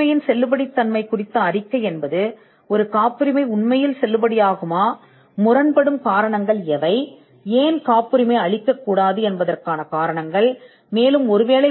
மேலும் செல்லுபடியாகும் அறிக்கை உண்மையில் காப்புரிமை செல்லுபடியாகுமா முரண்பட்ட காரணங்கள் என்ன அல்லது காப்புரிமை இருக்கக் கூடாது என்பதற்கான காரணங்களைத் தரும் அறிக்கை அளிக்கும்